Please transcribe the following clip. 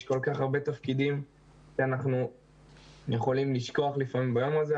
יש כל כך הרבה תפקידים שאנחנו יכולים לשכוח לפעמים ביום הזה,